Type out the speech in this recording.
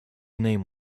name